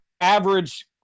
average